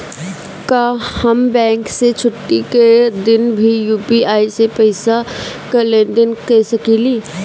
का हम बैंक के छुट्टी का दिन भी यू.पी.आई से पैसे का लेनदेन कर सकीले?